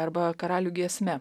arba karalių giesme